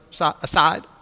aside